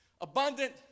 abundant